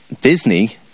Disney